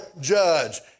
judge